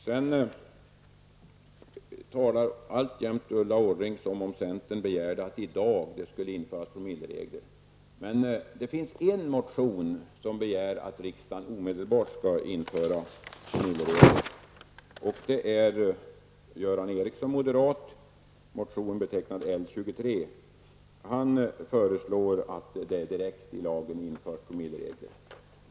Sedan talade Ulla Orring fortfarande som om centern i dag begärde att det skulle införas promilleregler. I en motion begärs att riksdagen omedelbart skall införa promilleregler. Det gäller den moderate ledamoten Göran Ericssons motion 1990/91:L23. Göran Ericsson föreslår att vi direkt inför promilleregler i lagen.